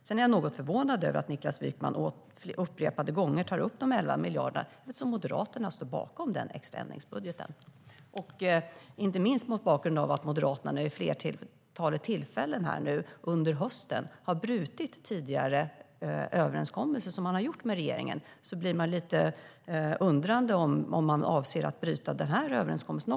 Sedan är jag något förvånad över att Niklas Wykman upprepade gånger tar upp de 11 miljarderna, eftersom Moderaterna står bakom den extra ändringsbudgeten. Inte minst mot bakgrund av att Moderaterna vid flertalet tillfällen under hösten har brutit tidigare överenskommelser man har gjort med regeringen blir jag lite undrande över om man avser att bryta även den här överenskommelsen.